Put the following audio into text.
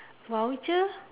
voucher